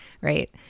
Right